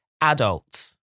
adults